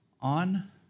on